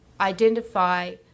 identify